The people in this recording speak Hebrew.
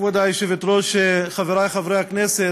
כבוד היושבת-ראש, חברי חברי הכנסת,